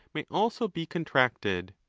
may also be contracted.